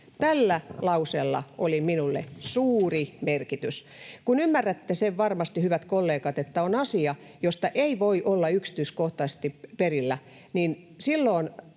Tällä lauseella oli minulle suuri merkitys. Kun ymmärrätte sen varmasti, hyvät kollegat, että tämä on asia, josta ei voi olla yksityiskohtaisesti perillä, niin silloin